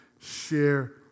share